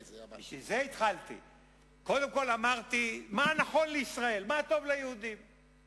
בשביל זה אני לא שואל את זה,